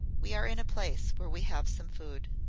we are in a place where we have some food.